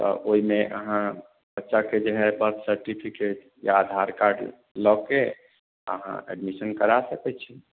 आ ओहिमे अहाँ बच्चाके जे है बर्थ सर्टिफिकेट या आधारकार्ड लऽ के अहाँ एडमिशन करा सकै छी